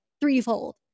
threefold